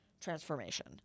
transformation